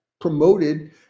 promoted